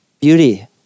Beauty